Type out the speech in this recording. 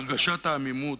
הרגשת העמימות,